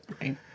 Right